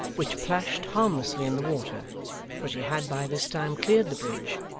which plashed harmlessly in the water for she had by this time cleared the bridge,